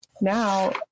now